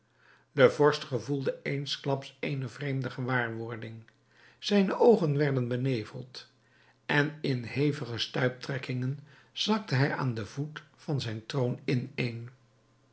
de vorst gevoelde eensklaps eene vreemde gewaarwording zijne oogen werden beneveld en in hevige stuiptrekkingen zakte hij aan den voet van zijn troon in